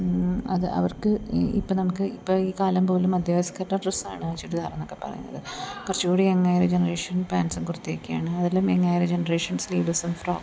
അത് അവർക്ക് ഇപ്പം നമുക്ക് ഇപ്പം ഈ കാലം പോലും മധ്യവയസ്കരിട്ട ഡ്രസ്സാണ് ചുരിദാറെന്നൊക്കെ പറയുന്നത് കുറച്ച് കൂടി യങ്ങായ ഒരു ജെനറേഷൻ പാൻ്റ്സും കുർത്തയൊക്കെയാണ് അതെല്ലാം യങ്ങായൊരു ജെനറേഷൻ സ്ലീവലസും ഫ്രോക്കും